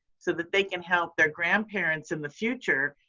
so that they can help their grandparents in the future.